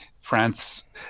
France